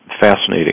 Fascinating